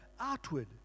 outward